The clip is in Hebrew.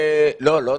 לא נכון.